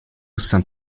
saint